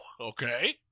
Okay